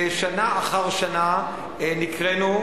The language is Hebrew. ושנה אחר שנה נקראנו,